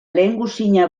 lehengusina